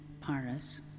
Paris